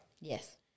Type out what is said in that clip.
Yes